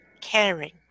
caring